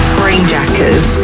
brainjackers